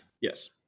yes